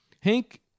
Hank